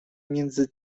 między